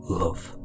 love